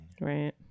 Right